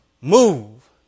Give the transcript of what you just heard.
move